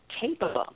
capable